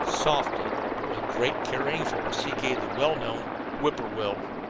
softly, but with great carrying force, he gave the well-known whip-poor-will.